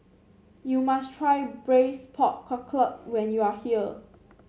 you must try Braised Pork Knuckle when you are here